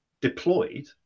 deployed